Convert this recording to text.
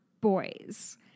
boys